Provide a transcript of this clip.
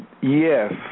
yes